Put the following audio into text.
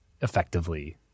effectively